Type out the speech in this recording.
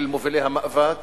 של מובילי המאבק